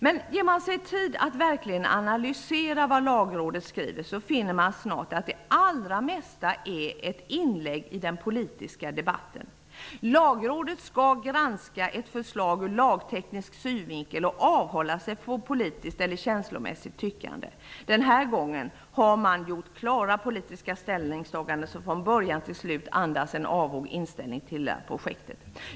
Men om man ger sig tid att verkligen analysera vad Lagrådet skriver finner man snart att det allra mesta är ett inlägg i den politiska debatten. Lagrådet skall granska ett förslag ur lagteknisk synvinkel och avhålla sig från politiskt eller känslomässigt tyckande. Den här gången har man gjort klara politiska ställningstaganden, som från början till slut andas en avog inställning till projektet.